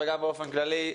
וגם באופן כללי,